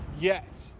Yes